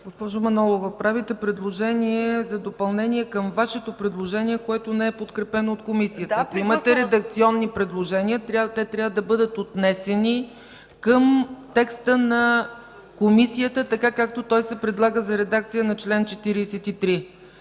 Госпожо Манолова, правите предложение за допълнение към Вашето предложение, което не е подкрепено от Комисията. Ако имате редакционни предложения, те трябва да бъдат отнесени към текста на Комисията така, както той се предлага за редакция на чл. 43.